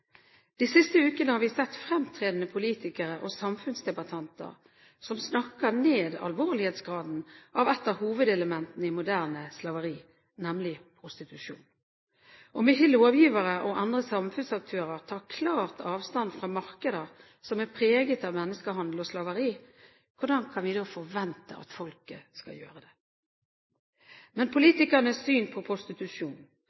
De siste ukene har vi sett fremtredende politikere og samfunnsdebattanter som har snakket ned alvorlighetsgraden av et av hovedelementene i moderne slaveri – nemlig prostitusjon. Om ikke lovgivere og andre samfunnsaktører tar klart avstand fra markeder som er preget av menneskehandel og slaveri, hvordan kan vi da forvente at folket skal gjøre det?